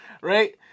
Right